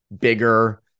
bigger